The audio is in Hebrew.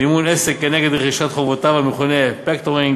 מימון עסק כנגד רכישת חובותיו, המכונה "פקטורינג",